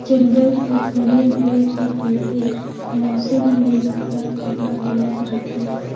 जंगल के थोरहें होए के चलते मउसम मे उतर चढ़ाव होवत रथे